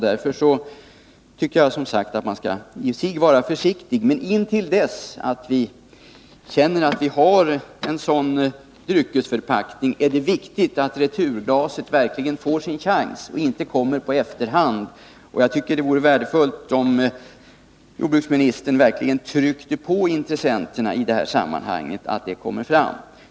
Jag tycker som sagt att man i och för sig bör vara försiktig, men intill dess att vi känner att vi har en sådan dryckesförpackning som jag här nämnt är det viktigt att returglaset verkligen får sin chans och inte kommer i efterhand. Jag anser att det vore värdefullt, om jordbruksministern verkligen tryckte på intressenterna i detta sammanhang så att det jag här sagt kommer fram.